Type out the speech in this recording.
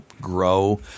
grow